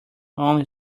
only